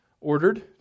ordered